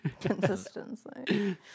consistency